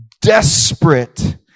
desperate